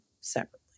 separately